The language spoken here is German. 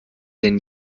denn